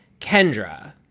Kendra